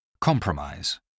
Compromise